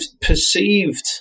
perceived